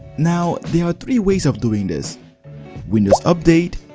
now there are three ways of doing this windows update,